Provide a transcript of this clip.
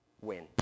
win